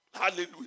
Hallelujah